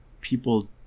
people